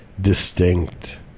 distinct